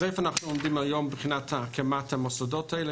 איפה הקמת המוסדות האלה עומדת היום?